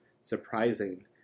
surprising